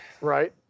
right